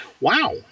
Wow